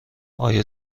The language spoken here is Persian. آیا